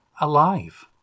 Alive